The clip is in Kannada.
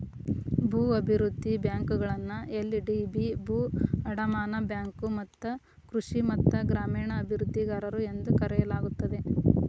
ಭೂ ಅಭಿವೃದ್ಧಿ ಬ್ಯಾಂಕುಗಳನ್ನ ಎಲ್.ಡಿ.ಬಿ ಭೂ ಅಡಮಾನ ಬ್ಯಾಂಕು ಮತ್ತ ಕೃಷಿ ಮತ್ತ ಗ್ರಾಮೇಣ ಅಭಿವೃದ್ಧಿಗಾರರು ಎಂದೂ ಕರೆಯಲಾಗುತ್ತದೆ